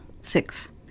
six